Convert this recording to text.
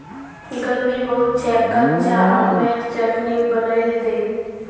गर्मी बहुत छेक कच्चा आमेर चटनी बनइ दे